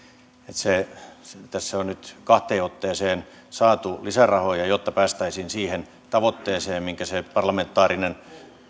että tässä on nyt kahteen otteeseen saatu lisärahoja jotta päästäisiin siihen tavoitteeseen minkä se parlamentaarinen